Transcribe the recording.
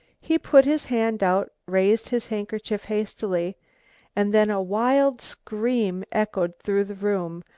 he put his hand out, raised his handkerchief hastily and then a wild scream echoed through the room,